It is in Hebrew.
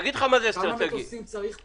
כמה מטוסים צריך פה?